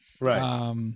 Right